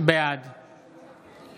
בעד